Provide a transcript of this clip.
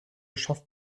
schafft